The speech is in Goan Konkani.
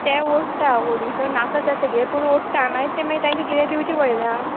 तें ओडटा ओडिसोर नाका जातगीर पूण ओडटा मागीर तें मागीर तेंका कितें दिवचें पडलें ना